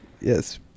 Yes